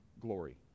glory